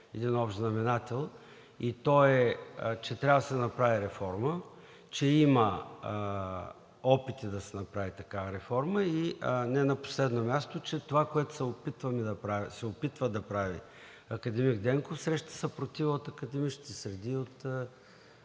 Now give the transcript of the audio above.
един общ знаменател и той е, че трябва да се направи реформа; че има опити да се направи такава реформа; и не на последно място, че това, което се опитва да прави академик Денков, среща съпротива от академичните среди по